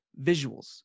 visuals